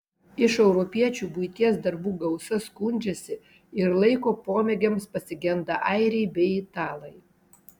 iš europiečių buities darbų gausa skundžiasi ir laiko pomėgiams pasigenda airiai bei italai